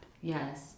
Yes